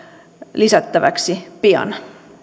lisättäväksi pian